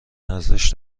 ارزش